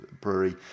brewery